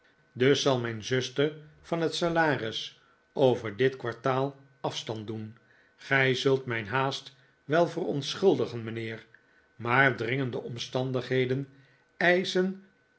dus zal mijn zuster van het salaris over dit kwartaal af stand doen gij zult mijn haast wel verontschuldigen mijnheer maar dringende omstandigheden eischen